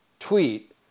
Tweet